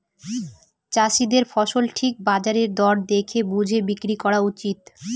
চাষীদের ফসল ঠিক বাজার দর দেখে বুঝে বিক্রি করা উচিত